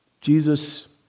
Jesus